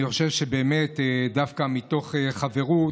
אני חושב שבאמת, דווקא מתוך חברות,